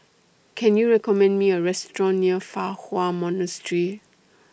Can YOU recommend Me A Restaurant near Fa Hua Monastery